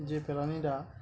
যে